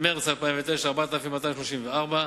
במרס 2009, 4,234,